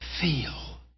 feel